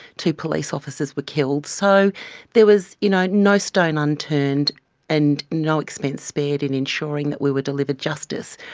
two police officers were killed. so there was you know no stone unturned and no expense spared in ensuring that we were delivered justice.